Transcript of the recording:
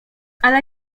ale